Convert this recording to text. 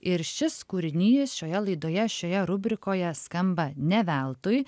ir šis kūrinys šioje laidoje šioje rubrikoje skamba ne veltui